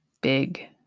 big